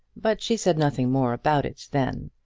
but she said nothing more about it then.